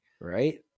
Right